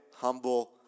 humble